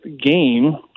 game